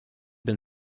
been